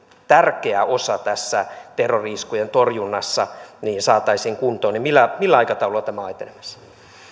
tärkeä osa tässä terrori iskujen torjunnassa saataisiin kuntoon millä millä aikataululla tämä on etenemässä